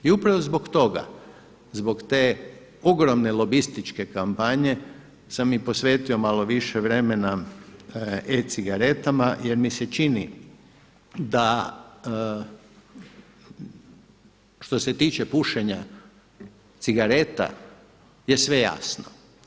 I upravo zbog toga, zbog te ogromne lobističke kampanje sam i posvetio malo više vremena e-cigaretama jer mi se čini da što se tiče pušenja cigareta je sve jasno.